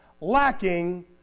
lacking